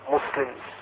Muslims